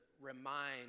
remind